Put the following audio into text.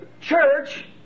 church